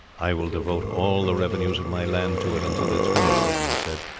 i will devote all the revenues of my land to it until it is finished, edmund said.